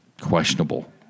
questionable